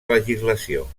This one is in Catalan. legislació